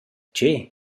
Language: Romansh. che